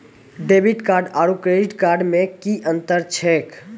Debit card आरू credit card मे कि अन्तर छैक?